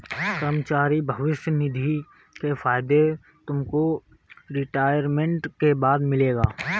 कर्मचारी भविष्य निधि के फायदे तुमको रिटायरमेंट के बाद मिलेंगे